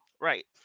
right